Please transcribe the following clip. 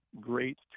great